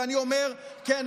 ואני אומר: כן,